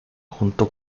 junto